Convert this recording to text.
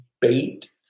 bait